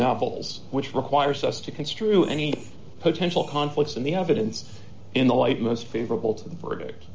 novels which requires us to construe any potential conflicts in the evidence in the light most favorable to the verdict